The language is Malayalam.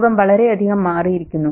ലോകം വളരെയധികം മാറിയിരിക്കുന്നു